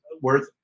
worth